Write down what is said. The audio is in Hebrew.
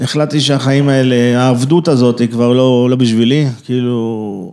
החלטתי שהחיים האלה העבדות הזאת היא כבר לא... לא בשבילי. כאילו